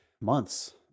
months